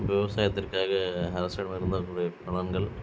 விவசாயத்திற்காக அரசிடம் எதிர்பார்க்க கூடிய பலன்கள்